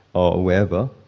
or wherever,